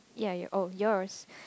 ya your oh yours